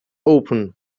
opened